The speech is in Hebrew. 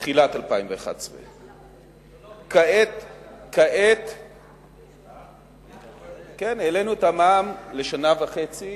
2011. בתחילת 2011. כן העלינו את המע"מ לשנה וחצי